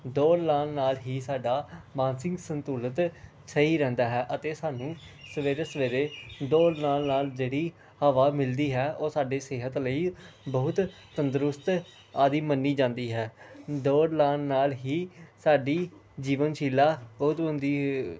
ਦੌੜ ਲਗਾਉਣ ਨਾਲ ਹੀ ਸਾਡਾ ਮਾਨਸਿਕ ਸੰਤੁਲਨ ਸਹੀ ਰਹਿੰਦਾ ਹੈ ਅਤੇ ਸਾਨੂੰ ਸਵੇਰੇ ਸਵੇਰੇ ਦੌੜ ਲਗਾਉਣ ਨਾਲ ਜਿਹੜੀ ਹਵਾ ਮਿਲਦੀ ਹੈ ਉਹ ਸਾਡੇ ਸਿਹਤ ਲਈ ਬਹੁਤ ਤੰਦਰੁਸਤ ਆਦਿ ਮੰਨੀ ਜਾਂਦੀ ਹੈ ਦੌੜ ਲਗਾਉਣ ਨਾਲ ਹੀ ਸਾਡੀ ਜੀਵਨਸ਼ੀਲਾ